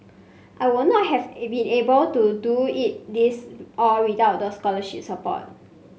I would not have been able to do it these all without the scholarship support